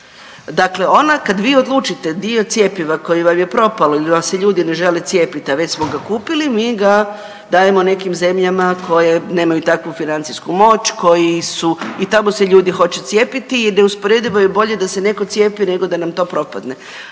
Dakle, ona kada vi odlučite dio cjepiva koje vam je propalo ili vam se ljudi ne žele cijepiti a već smo ga kupili mi ga dajemo nekim zemljama koje nemaju takvu financijsku moć, koji su i tamo se ljudi hoće cijepiti i neusporedivo je bolje da se netko cijepi nego da nam to propadne.